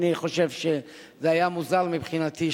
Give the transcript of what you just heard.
אני חושב שזה היה מוזר מבחינתי,